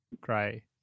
Grey